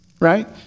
right